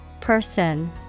Person